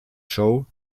show